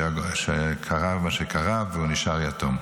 שקרה מה שקרה והוא נשאר יתום.